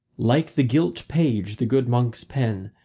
like the gilt page the good monks pen,